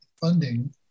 funding